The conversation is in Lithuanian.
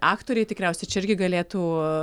aktoriai tikriausiai čia irgi galėtų